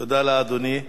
תודה לאדוני.